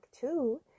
Two